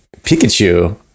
Pikachu